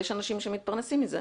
הרי יש אנשים שמתפרנסים מזה.